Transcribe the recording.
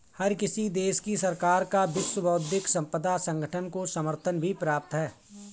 हर किसी देश की सरकार का विश्व बौद्धिक संपदा संगठन को समर्थन भी प्राप्त है